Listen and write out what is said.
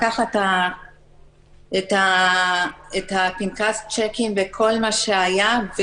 לקח את פנקס השיקים וכל מה שהיה,